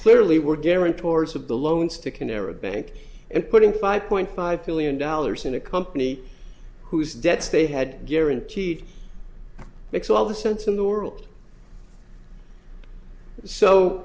clearly were guarantors of the loans to kineret bank and putting five point five billion dollars in a company whose debts they had guaranteed makes all the sense in the world so